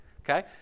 okay